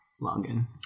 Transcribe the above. login